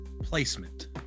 placement